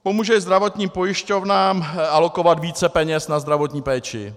Pomůže zdravotním pojišťovnám alokovat více peněz na zdravotní péči.